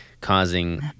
causing